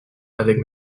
avec